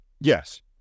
Yes